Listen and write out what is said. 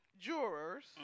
Jurors